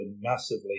massively